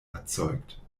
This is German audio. erzeugt